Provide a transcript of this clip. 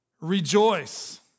rejoice